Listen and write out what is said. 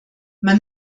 man